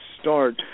start